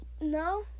No